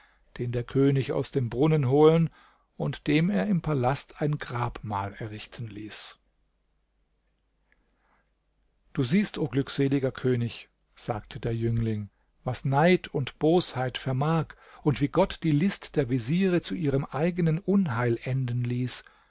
den der könig aus dem brunnen holen und dem er im palast ein grabmal errichten ließ du siehst o glückseliger könig sagte der jüngling was neid und bosheit vermag und wie gott die list der veziere zu ihrem eigenen unheil enden ließ